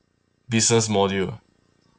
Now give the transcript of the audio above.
business module